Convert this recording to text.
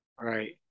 Right